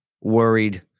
worried